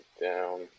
down